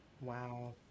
Wow